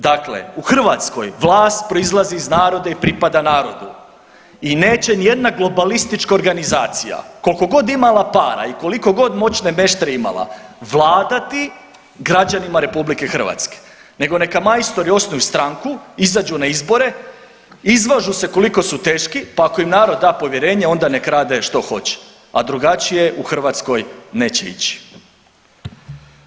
Dakle, u Hrvatskoj vlast proizlazi iz naroda i pripada narodu i neće nijedna globalistička organizacija, koliko god imala para i koliko god moćne meštre imala, vladati građanima RH nego neka majstori osnuju na stranku, izađu na izbore, izvažu se koliko su teški pa ako im narod da povjerenje, onda nek rade što hoće, a drugačije u Hrvatskoj neće ići.